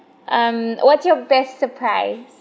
um what's your best surprise